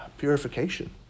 purification